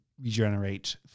regenerate